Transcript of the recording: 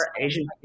Asian